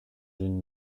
une